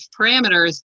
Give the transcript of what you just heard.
parameters